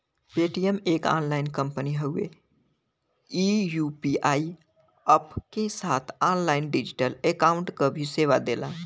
Paytm एक online company हउवे ई यू.पी.आई अप्प क साथ ऑनलाइन डिजिटल अकाउंट क भी सेवा देला